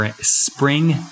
spring